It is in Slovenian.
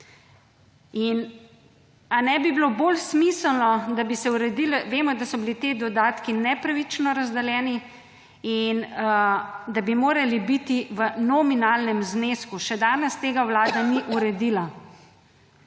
nebi bilo bolj smiselno, da bi se uredile? Vemo, da so bili te dodatki nepravično razdeljeni in da bi morali biti v nominalnem znesku, še danes tega vlada ni uredila.